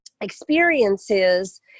experiences